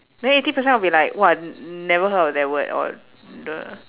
then eighty percent I'll be like !wah! never heard of that word or the